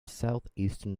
southeastern